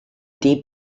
deep